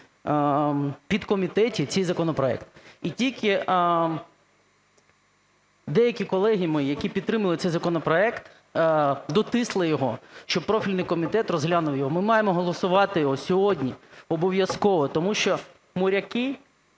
підкомітеті цей законопроект. І тільки деякі колеги мої, які підтримали цей законопроект, дотисли його, щоб профільний комітет розглянув його. Ми маємо голосувати його сьогодні обов'язково. Тому що моряки